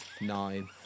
nine